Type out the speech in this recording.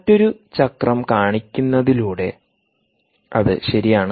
മറ്റൊരു ചക്രം കാണിക്കുന്നതിലൂടെ അത് ശരിയാണ്